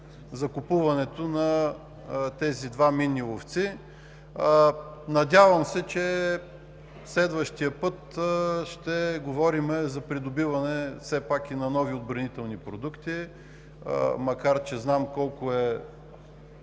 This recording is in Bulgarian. закупуването на тези два минни ловци. Надявам се, че следващия път ще говорим за придобиване все пак и на нови отбранителни продукти, макар че знам колко е